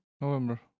November